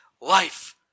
life